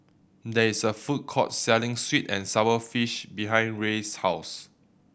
there is a food court selling sweet and sour fish behind Rey's house